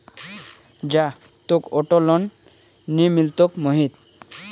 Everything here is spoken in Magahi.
जा, तोक ऑटो लोन नइ मिलतोक मोहित